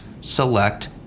select